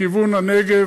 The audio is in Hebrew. לכיוון הנגב.